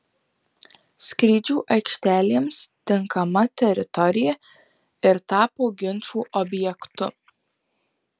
skrydžių aikštelėms tinkama teritorija ir tapo ginčų objektu